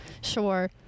Sure